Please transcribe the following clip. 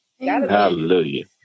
Hallelujah